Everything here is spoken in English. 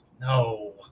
no